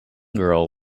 girl